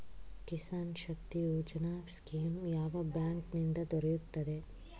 Kisan Shakti Yojana scheme ಯಾವ bank ನಿಂದ ದೊರೆಯುತ್ತದೆ?